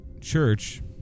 Church